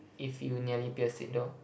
if you nearly pierced it though